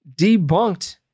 debunked